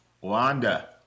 Wanda